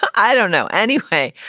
i don't know anyway,